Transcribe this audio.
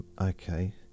Okay